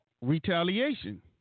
retaliation